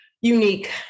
unique